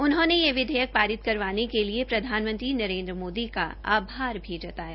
उन्होंने ये विधेयक पारित करवाने के लिए प्रधानमंत्री नरेन्द्र मोदी का आभार भी जताया